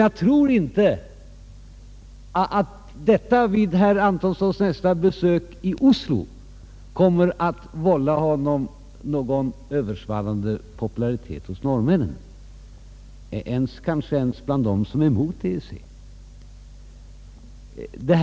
Jag tror inte att detta vid herr Antonssons nästa besök i Oslo kommer att ta sig uttryck i någon översvallande popularitet för honom hos norrmännen, kanske inte ens bland dem som är emot EEC.